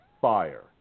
fire